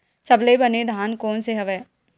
सबले बने धान कोन से हवय?